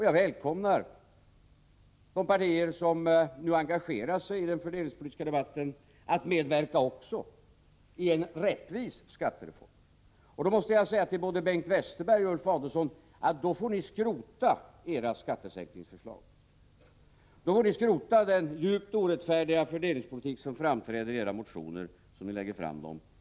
Jag välkomnar de partier som nu engagerar sig i den fördelningspolitiska debatten att medverka också till en rättvis skattereform. Och i så fall måste jag säga till både Bengt Westerberg och Ulf Adelsohn att då får ni skrota era skattesänkningsförslag. Då får ni skrota den djupt orättfärdiga fördelningspolitik som framträder i era motioner i riksdagen.